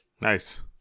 Nice